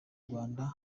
rwanda